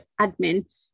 admin